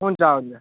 हुन्छ हुन्छ